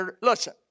Listen